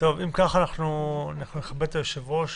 אם כך, אנחנו נכבד את היושב-ראש